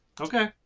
Okay